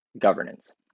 governance